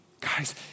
Guys